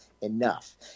enough